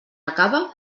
acabe